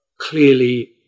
clearly